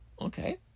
Okay